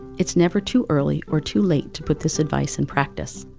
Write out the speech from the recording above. it's never too early, or too late, to put this advice in practice,